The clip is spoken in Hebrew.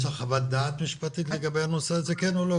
יש לך חוות דעת משפטית לגבי הנושא הזה, כן או לא?